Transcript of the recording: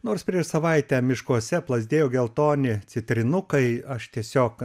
nors prieš savaitę miškuose plazdėjo geltoni citrinukai aš tiesiog